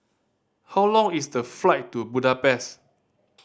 how long is the flight to Budapest